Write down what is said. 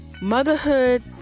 motherhood